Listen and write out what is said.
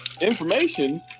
information